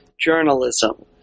journalism